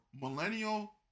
millennial